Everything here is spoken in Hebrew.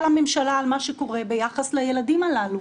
לממשלה על מה שקורה ביחס לילדים הללו.